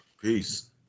peace